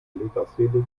legastheniker